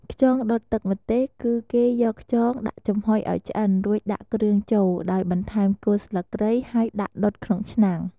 ខ្យងដុតទឹកម្ទេស គឺគេយកខ្យងដាក់ចំហុយឲ្យឆ្អិន រួចដាក់គ្រឿងចូល ដោយបន្ថែមគល់ស្លឹកគ្រៃ ហើយដាក់ដុតក្នុងឆ្នាំង ។